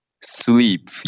sleep